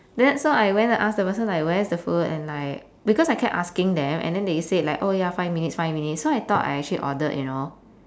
then so I went to ask the person like where's the food and like because I kept asking them and then they said like oh ya five minutes five minutes so I thought I actually ordered you know